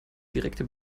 direkte